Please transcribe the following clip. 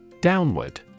Downward